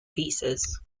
pieces